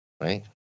right